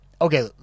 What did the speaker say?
okay